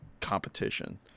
competition